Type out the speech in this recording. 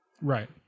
Right